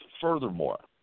furthermore